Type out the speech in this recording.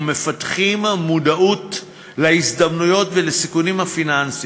ומפתחים מודעות להזדמנויות ולסיכונים הפיננסיים,